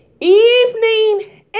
Evening